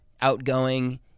outgoing